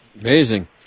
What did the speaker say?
Amazing